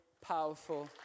powerful